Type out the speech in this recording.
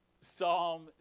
Psalm